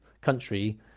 country